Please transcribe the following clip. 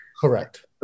correct